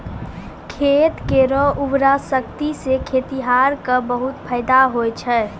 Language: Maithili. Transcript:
खेत केरो उर्वरा शक्ति सें खेतिहर क बहुत फैदा होय छै